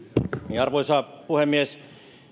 arvoisa puhemies